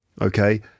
Okay